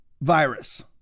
virus